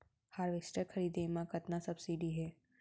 Harvester खरीदे म कतना सब्सिडी हे?